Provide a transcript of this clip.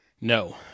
no